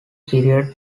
period